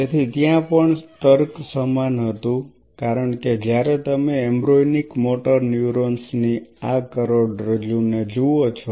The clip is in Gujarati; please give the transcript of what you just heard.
તેથી ત્યાં પણ તર્ક સમાન હતું કારણ કે જ્યારે તમે એમ્બ્રોયનિક મોટર ન્યુરૉન્સની આ કરોડરજ્જુને જુઓ છો